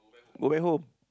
go back home